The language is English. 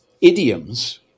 idioms